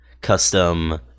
custom